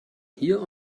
hier